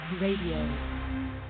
Radio